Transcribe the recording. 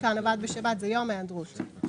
וכאן עבד בשבת ביום היעדרות.